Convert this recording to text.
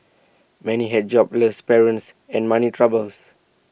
many had jobless parents and money troubles